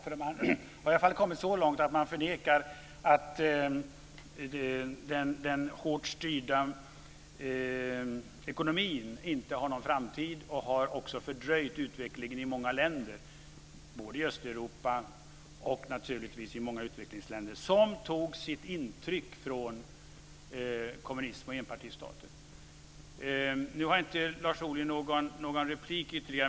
Man har i varje fall kommit så långt att man inte förnekar att den hårt styrda ekonomin inte har någon framtid och att den också har fördröjt utvecklingen i många länder, både i Östeuropa och naturligtvis också i många utvecklingsländer, som tog sitt intryck från kommunism och enpartistater. Nu har inte Lars Ohly någon ytterligare replik.